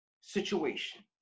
situation